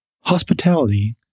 Hospitality